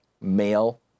male